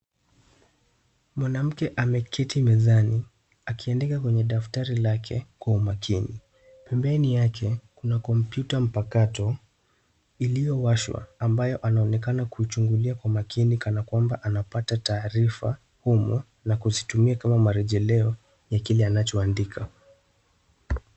Mwanamke ameketi mezani akiandika kwenye daftari lake kwa umakini. Pembeni yake kuna kompyuta mpakato iliyowashwa ambayo anaoenekana kuchungulia kwa makini kana kwamba anapata taarifa humo na kuzitumia kama marejeleo ya kile anacho andika.